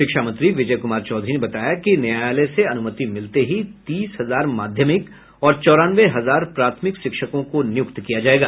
शिक्षा मंत्री विजय कुमार चौधरी ने बताया कि न्यायालय से अनुमति मिलते ही तीस हजार माध्यमिक और चौरानवे हजार प्राथमिक शिक्षकों को नियुक्त किया जायेगा